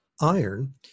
iron